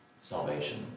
salvation